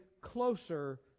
closer